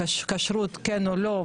כשירות כן או לא,